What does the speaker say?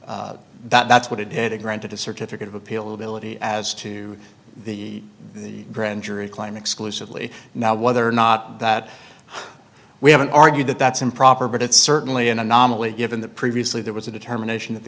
that that's what it had to granted a certificate of appeal ability as to the the grand jury claim exclusively now whether or not that we haven't argued that that's improper but it's certainly an anomaly given that previously there was a determination that the